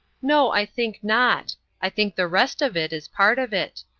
no, i think not i think the rest of it is part of it.